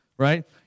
Right